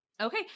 okay